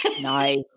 Nice